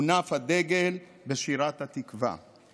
הונף הדגל בשירת "התקווה".